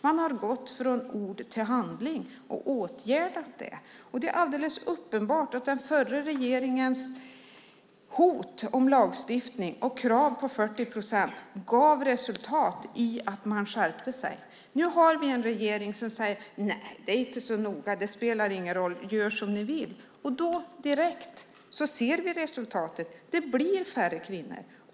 Man har gått från ord till handling och åtgärdat det. Det är alldeles uppenbart att den förra regeringens hot om lagstiftning och krav på 40 procent gav resultatet att man skärpte sig. Nu har vi en regering som säger: Nej, det är inte så noga. Det spelar ingen roll. Gör som ni vill! Direkt ser vi resultatet. Det blir färre kvinnor.